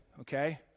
Okay